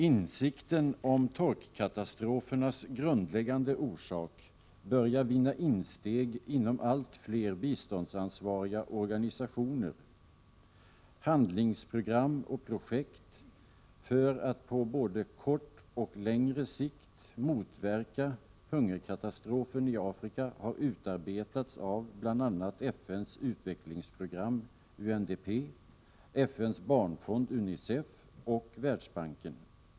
Insikten om torkkatastrofernas grundläggande orsak börjar vinna insteg inom allt fler biståndsansvariga organisationer. Handlingsprogram och projekt för att på både kort och längre sikt motverka hungerkatastrofen i Afrika har utarbetats av bl.a. FN:s utvecklingsprogram, UNDP, FN:s barnfond, UNICEF, och Världsbanken.